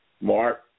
Mark